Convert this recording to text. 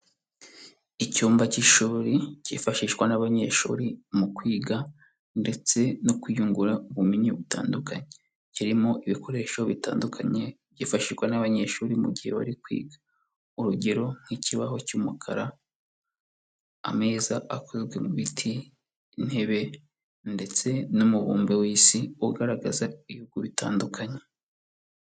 Icyumba cy'ishuri cyifashishwa n'abanyeshuri mu kwiga ndetse no kwiyungura ubumenyi butandukanye, kirimo ibikoresho bitandukanye byifashishwa n'abanyeshuri mu gihe bari kwiga. Urugero nk'ikibaho cy'umukara, ameza akozwe mu biti, intebe ndetse n'umubumbe w'isi ugaragaza ibihugu bitandukanye.